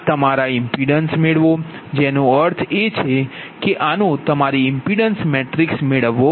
તમારા આ ઇમ્પિડન્સ મેળવો જેનો અર્થ છે કે આનો ઇમ્પિડન્સ મેટ્રિક્સ મેળવો